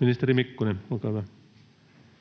Ministeri Mikkonen, olkaa hyvä.